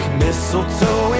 mistletoe